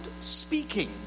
speaking